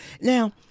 Now